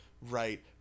right